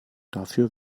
dafür